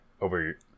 Over